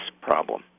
problem